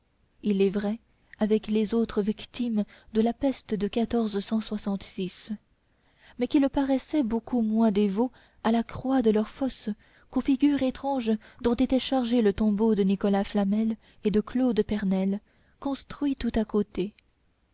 il est vrai avec les autres victimes de la peste de mais qu'il paraissait beaucoup moins dévot à la croix de leur fosse qu'aux figures étranges dont était chargé le tombeau de nicolas flamel et de claude pernelle construit tout à côté